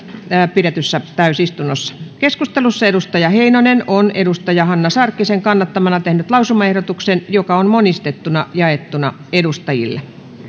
pidetyssä täysistunnossa keskustelussa on timo heinonen hanna sarkkisen kannattamana tehnyt lausumaehdotuksen joka on monistettuna jaettu edustajille